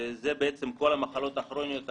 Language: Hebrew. שזה בעצם כל המחלות הכרוניות הקשות,